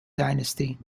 dynasty